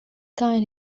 kind